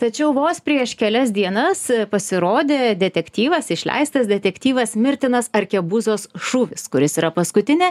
tačiau vos prieš kelias dienas pasirodė detektyvas išleistas detektyvas mirtinas arkebuzos šūvis kuris yra paskutinė